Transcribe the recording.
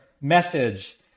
message